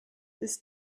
ist